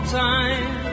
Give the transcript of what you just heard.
time